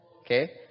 Okay